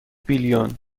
بیلیون